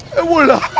ah wallah!